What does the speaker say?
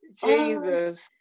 Jesus